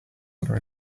color